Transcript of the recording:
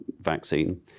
vaccine